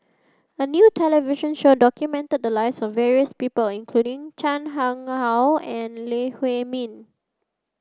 a new television show documented the lives of various people including Chan Chang How and Lee Huei Min